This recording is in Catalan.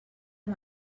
amb